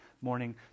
morning